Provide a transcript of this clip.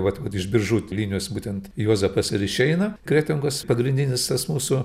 vat vat iš biržų linijos būtent juozapas ir išeina kretingos pagrindinis tas mūsų